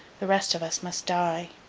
the rest of us must die